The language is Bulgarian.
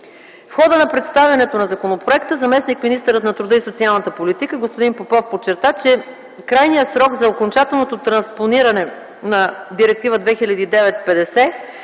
В хода на представянето на законопроекта заместник-министърът на труда и социалната политика господин Попов подчерта, че крайният срок за окончателното транспониране на Директива 2009/50/ЕО